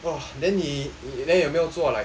!wah! then 你 then 有没有做 like